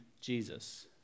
Jesus